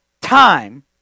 time